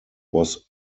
was